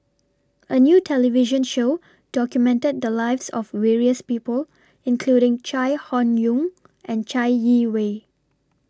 A New television Show documented The Lives of various People including Chai Hon Yoong and Chai Yee Wei